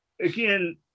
again